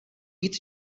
být